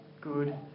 good